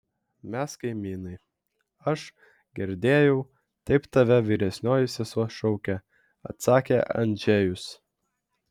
mes kaimynai aš girdėjau taip tave vyresnioji sesuo šaukia atsakė andžejus